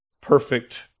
perfect